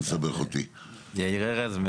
יאיר ארז,